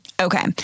Okay